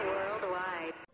Worldwide